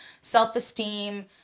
self-esteem